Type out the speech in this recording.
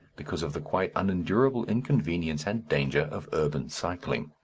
because of the quite unendurable inconvenience and danger of urban cycling.